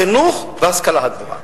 החינוך וההשכלה הגבוהה.